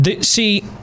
See